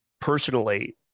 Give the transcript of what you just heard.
personally